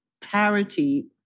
parity